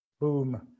boom